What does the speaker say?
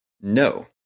No